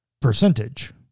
percentage